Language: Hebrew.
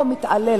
אותו מתעלל,